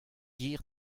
ger